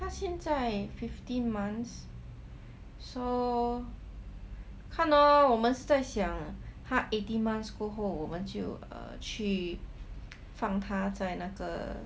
他现在 fifteen months so 看 lor 我们是在想他 eighteen months 过后我们就去 err 放他在那个